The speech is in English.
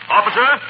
Officer